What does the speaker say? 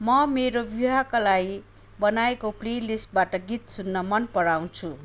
म मेरो विवाहका लागि बनाएको प्लेलिस्टबाट गीत सुन्न मन पराउँछु